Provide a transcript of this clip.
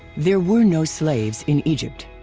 there were no slaves in egypt.